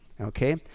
okay